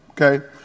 okay